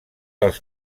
els